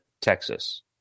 Texas